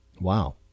Wow